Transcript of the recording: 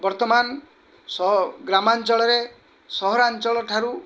ବର୍ତ୍ତମାନ ଗ୍ରାମାଞ୍ଚଳରେ ସହରାଞ୍ଚଳଠାରୁ